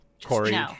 Corey